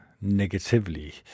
negatively